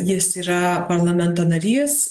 jis yra parlamento narys